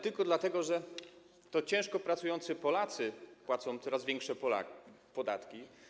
tylko dlatego, że ciężko pracujący Polacy płacą coraz większe podatki.